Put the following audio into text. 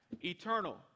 eternal